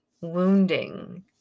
wounding